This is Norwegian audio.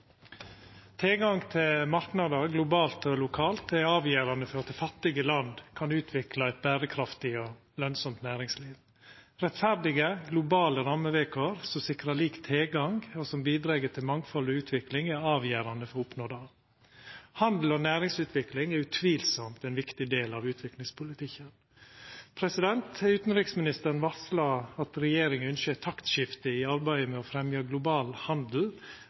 avgjerande for at fattige land kan utvikla eit berekraftig og lønsamt næringsliv. Rettferdige, globale rammevilkår som sikrar lik tilgang, og som bidreg til mangfald og utvikling, er avgjerande for å oppnå det. Handels- og næringsutvikling er utvilsamt ein viktig del av utviklingspolitikken. Utanriksministeren varsla at regjeringa ynskjer eit taktskifte i arbeidet med å fremja global handel,